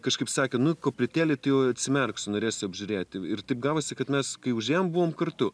kažkaip sakė nu koplytėlė tai jau atsimerksiu norėsiu apžiūrėti ir taip gavosi kad mes kai užėjom buvom kartu